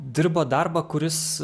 dirbo darbą kuris